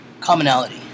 commonality